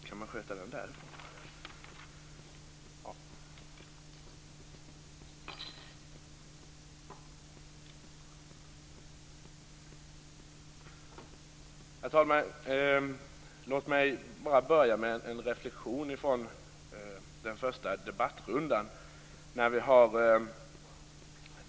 Herr talman! Låt mig börja med en reflexion med anledning av den första debattrundan.